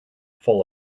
full